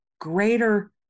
greater